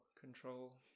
control